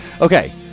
Okay